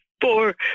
four